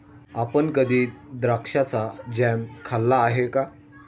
आपण कधी द्राक्षाचा जॅम खाल्ला आहे का?